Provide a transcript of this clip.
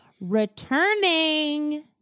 Returning